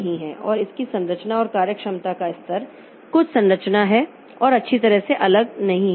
और इसकी संरचना और कार्यक्षमता का स्तर कुछ संरचना है और अच्छी तरह से अलग नहीं है